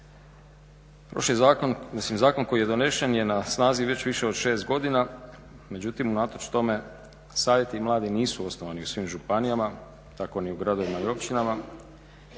mislim zakon koji je donesen je na snazi već više od 6 godina, međutim unatoč tome savjeti mladih nisu osnovani u svim županijama pa tako ni u gradovima i općinama